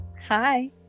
Hi